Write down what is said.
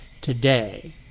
Today